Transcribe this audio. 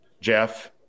Jeff